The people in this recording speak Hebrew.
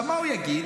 מה הוא יגיד?